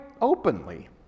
openly